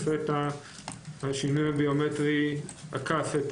לפתע השינוי הביומטרי עקף את